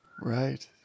right